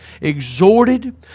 exhorted